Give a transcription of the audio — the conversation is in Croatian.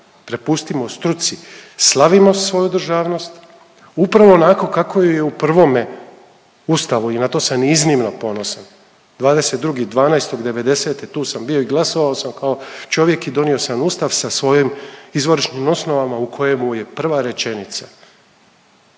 prepustimo struci. Slavimo svoju državnost upravo onako kako ju je u prvome ustavu i na to sam iznimno ponosan 22.12.'90. tu sam bio i glasovao sam kao čovjek i donio sam Ustav sa svojim izvorišnim osnovama u kojemu je prva rečenica.